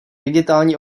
digitální